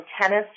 tennis